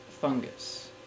fungus